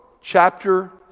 chapter